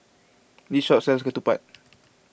this shop sells Ketupat